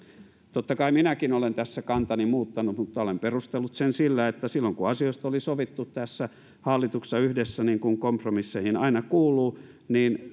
totta kai minäkin olen tässä kantani muuttanut mutta olen perustellut sen sillä että kun asioista on sovittu tässä hallituksessa yhdessä niin kuin kompromisseihin aina kuuluu niin